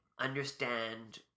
understand